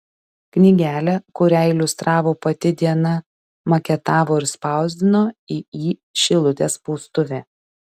knygelę kurią iliustravo pati diana maketavo ir spausdino iį šilutės spaustuvė